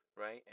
right